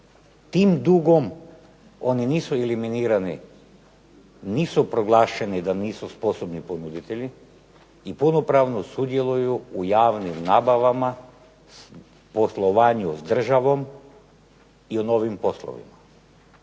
Tim dugom oni nisu eliminirani, nisu proglašeni da nisu sposobni ponuditelji i punopravno sudjeluju u javnim nabavama, poslovanju s državom i u novim poslovima.